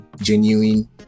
genuine